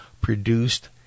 produced